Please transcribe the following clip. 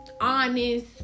honest